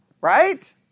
right